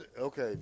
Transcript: okay